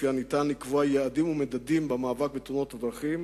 שלפיה אפשר לקבוע יעדים ומדדים במאבק בתאונות הדרכים.